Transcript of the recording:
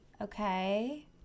okay